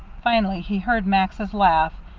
finally he heard max's laugh,